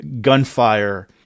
gunfire